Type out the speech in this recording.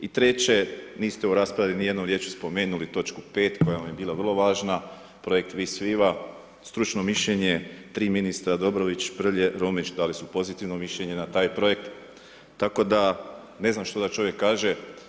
I treće, niste u raspravi ni jednom riječju spomenuli točku 5. koja vam je bila vrlo važna, projekt Vis Viva, stručno mišljenje, 3 ministra, Dobrović, Prlje, Romić, dali su pozitivno mišljenje na taj projekt, tako da ne znam što da čovjek kaže.